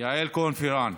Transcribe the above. יעל כהן-פארן,